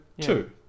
two